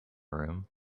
room